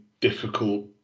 difficult